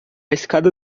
escada